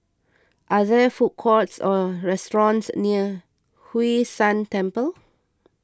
are there food courts or restaurants near Hwee San Temple